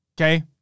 okay